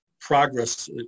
progress